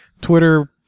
Twitter